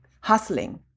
hustling